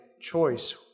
choice